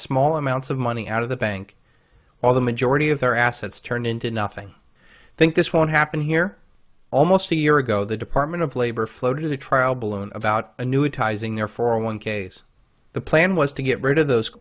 small amounts of money out of the bank while the majority of their assets turned into nothing i think this won't happen here almost a year ago the department of labor floated a trial balloon about a new ties in their four hundred one k s the plan was to get rid of those